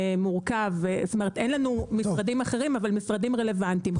אין לנו משרדים אחרים, אבל משרדים רלוונטיים.